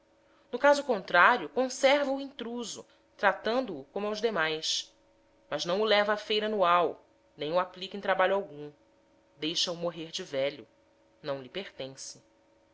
no caso contrário conserva o intruso tratando o como aos demais mas não o leva à feira anual nem o aplica em trabalho algum deixa-o morrer de velho não lhe pertence